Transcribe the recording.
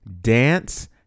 dance